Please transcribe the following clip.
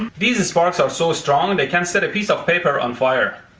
and these and sparks are so strong they can set a piece of paper on fire.